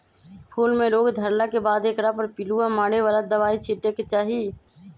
फूल में रोग धरला के बाद एकरा पर पिलुआ मारे बला दवाइ छिटे के चाही